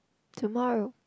tomorrow